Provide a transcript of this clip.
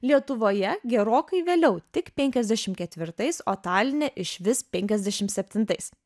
lietuvoje gerokai vėliau tik penkiasdešimt ketvirtais o taline išvis penkiasdešimt septintais